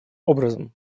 образом